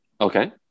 Okay